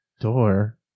door